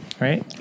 right